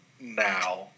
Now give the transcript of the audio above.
now